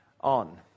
on